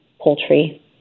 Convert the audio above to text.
poultry